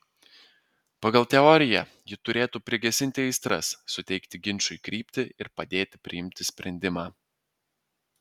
pagal teoriją ji turėtų prigesinti aistras suteikti ginčui kryptį ir padėti priimti sprendimą